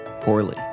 poorly